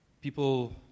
people